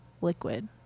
liquid